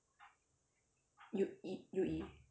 U_E U_E